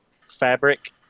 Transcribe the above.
fabric